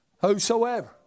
Whosoever